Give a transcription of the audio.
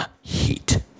heat